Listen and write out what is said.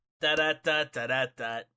Da-da-da-da-da-da